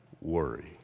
worry